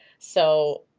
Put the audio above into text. so,